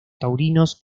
taurinos